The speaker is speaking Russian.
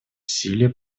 усилия